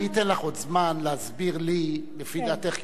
אני אתן לך עוד זמן להסביר לי לפי דעתך,